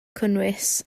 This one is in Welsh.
cynnwys